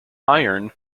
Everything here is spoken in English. iron